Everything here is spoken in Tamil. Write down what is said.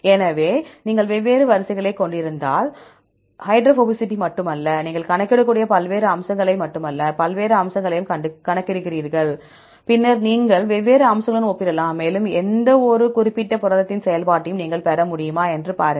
எனவே நீங்கள் வெவ்வேறு வரிசைகளைக் கொண்டிருந்தால் ஹைட்ரோபோபசிட்டி மட்டுமல்ல நீங்கள் கணக்கிடக்கூடிய பல்வேறு அம்சங்களையும் மட்டுமல்லாமல் பல்வேறு அம்சங்களையும் கணக்கிடுகிறீர்கள் பின்னர் நீங்கள் வெவ்வேறு அம்சங்களுடன் ஒப்பிடலாம் மேலும் எந்தவொரு குறிப்பிட்ட புரதத்தின் செயல்பாட்டையும் நீங்கள் பெற முடியுமா என்று பாருங்கள்